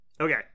Okay